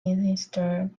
minister